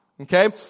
Okay